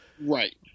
Right